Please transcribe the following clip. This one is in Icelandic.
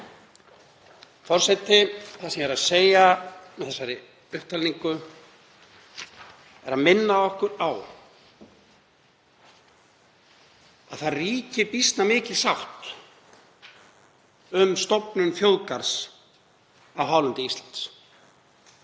Forseti. Það sem ég er að segja með þessari upptalningu er að minna okkur á að það ríkir býsna mikil sátt um stofnun þjóðgarðs á hálendi Íslands.